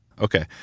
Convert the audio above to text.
Okay